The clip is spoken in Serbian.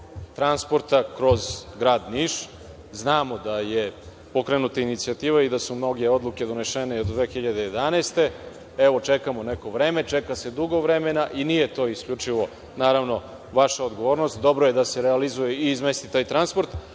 transporta kroz Grad Niš. Znamo da je pokrenuta inicijativa i da su mnoge odluke donesene od 2011. godine. Evo, čekamo neko vreme. Čeka se dugo vremena i nije to isključivo vaša odgovornost. Dobro je da se realizuje i izmesti taj transport,